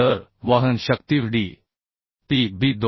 तर वहन शक्ती V d p b 2